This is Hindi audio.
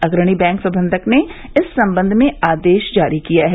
अग्रणी बैंक प्रबंधक ने इस सम्बन्ध में आदेश जारी किया है